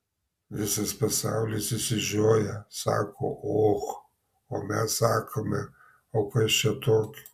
visas pasaulis išsižioja sako och o mes sakome o kas čia tokio